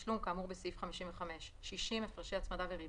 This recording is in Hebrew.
העיצום הכספידרישת התשלום כאמור בסעיף 55. הפרדי הצמדה60.